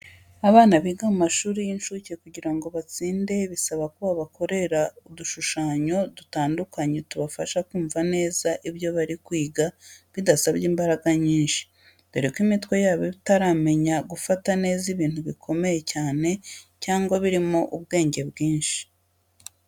Abana biga mu mashuri y'incuke kugira ngo batsinde bisaba ko babakorera udushushanyo dutandukanye tubafasha kumva neza neza ibyo bari kwiga bidasabye imbaraga nyinshi, dore ko imitwe yabo iba itaramenya gufata neza ibintu bikomeye cyane cyangwa birimo ubwenge bwinshi.